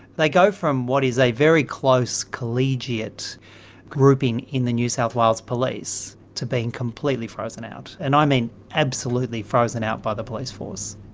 they go from what is a very close collegiate group in the new south wales police to being completely frozen out, and i mean absolutely frozen out by the police force.